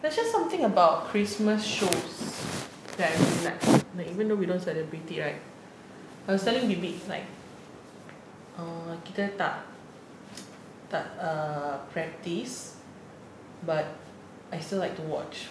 there's just something about christmas shows that like even though we don't celebrate it right I was telling deeby like err kita tak tak err practice but I still like to watch